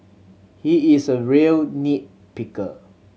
he is a real nit picker